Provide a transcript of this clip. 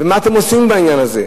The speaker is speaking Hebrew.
ומה אתם עושים בעניין הזה.